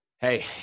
Hey